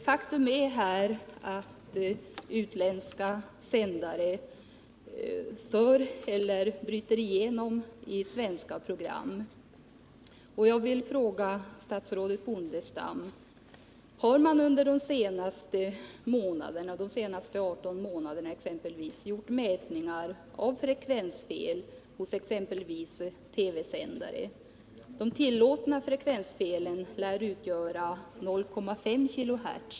Herr talman! Faktum är att utländska sändare stör eller bryter igenom i svenska program. Jag vill fråga statsrådet Bondestam: Har man under exempelvis de senaste 18 månaderna gjort mätningar av frekvensfel hos TV-sändare? De tillåtna frekvensfelen lär utgöra 0,5 kiloherz.